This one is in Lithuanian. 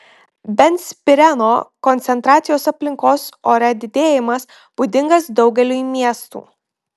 benzpireno koncentracijos aplinkos ore didėjimas būdingas daugeliui miestų